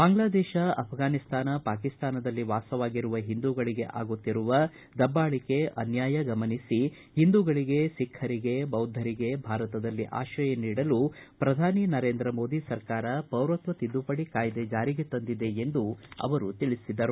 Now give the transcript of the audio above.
ಬಾಂಗ್ಲಾದೇಶ ಅಪಘಾನಿಸ್ತಾನ ಪಾಕಿಸ್ತಾನದಲ್ಲಿ ವಾಸವಾಗಿರುವ ಹಿಂದೂಗಳಿಗೆ ಆಗುತ್ತಿರುವ ದಬ್ದಾಳಿಕೆ ಅನ್ಯಾಯ ಗಮನಿಸಿ ಹಿಂದೂಗಳಿಗೆ ಸಿಖ್ನರಿಗೆ ಬೌದ್ಧರಿಗೆ ಭಾರತದಲ್ಲಿ ಆಶ್ರಯ ನೀಡಲು ಪ್ರಧಾನಿ ನರೇಂದ್ರ ಮೋದಿ ಸರಕಾರ ಪೌರತ್ವ ತಿದ್ದುಪಡಿ ಕಾಯ್ದೆ ಜಾರಿಗೆ ತಂದಿದೆ ಎಂದು ತಿಳಿಸಿದರು